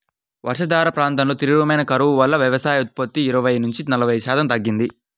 వర్షాధార ప్రాంతాల్లో తీవ్రమైన కరువు వల్ల వ్యవసాయోత్పత్తి ఇరవై నుంచి నలభై శాతం తగ్గింది